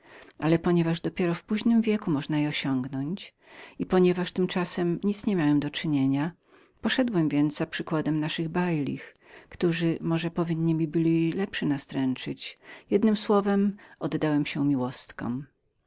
ale ponieważ w późnym wieku można je dopiero osiągnąć i ponieważ tymczasem nic niemiałem do czynienia poszedłem więc za przykładem naszych pierwszych przeorów którzy może byliby winni lepszy mi nastręczyć jednem słowem oddałem się miłostkom